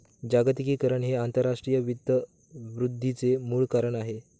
जागतिकीकरण हे आंतरराष्ट्रीय वित्त वृद्धीचे मूळ कारण आहे